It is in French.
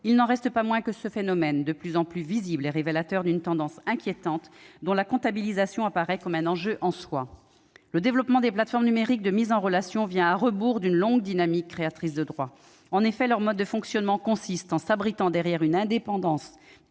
Il n'en reste pas moins que ce phénomène, de plus en plus visible, est révélateur d'une tendance inquiétante, dont la comptabilisation paraît constituer un enjeu en soi. Le développement des plateformes numériques de mise en relation vient à rebours d'une longue dynamique créatrice de droits. En effet, le mode de fonctionnement de ces plateformes consiste, en s'abritant derrière une indépendance